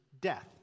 death